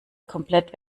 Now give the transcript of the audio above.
komplett